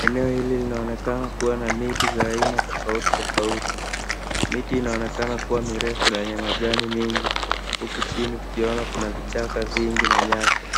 Eneo hili linaonekana kuwa na miti za aina tafauti tafauti, miti inaonekana kuwa mirefu na enye majani mingi huku jini tukiona kuna vichaka vingi na nyasi.